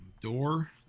Door